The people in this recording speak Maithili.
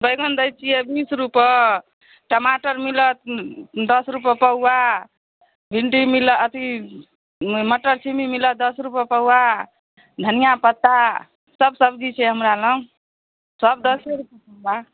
बैगन दै छियै बीस रूपअ टमाटर मिलत दस रूपे पौआ भिंडी मिलत अथी मटर छिम्मी मिलत दस रूपे पौआ धनिया पत्ता सब सब्जी छै हमरा लग सब दसे रूपे पौआ